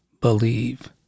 believe